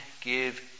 give